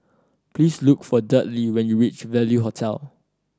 please look for Dudley when you reach Value Hotel